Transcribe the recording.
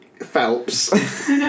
Phelps